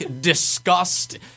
disgust